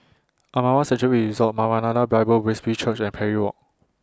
Amara Sanctuary Resort Maranatha Bible Presby Church and Parry Walk